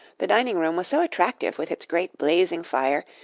the dining-room was so attractive with its great blazing fire,